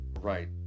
right